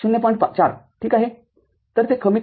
४ ठीक आहे तरते कमी करत आहे